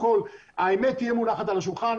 האמת תהיה מונחת על השולחן,